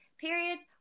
periods